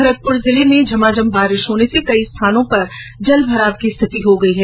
भरतपुर जिले झमाझम बरसात होने से कई स्थानों पर जलभराव की स्थिति हो गई है